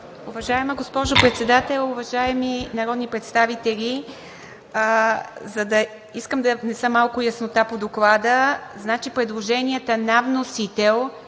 Уважаема госпожо Председател, уважаеми народни представители! Искам да внеса малко яснота по Доклада. Предложенията на вносител